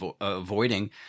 avoiding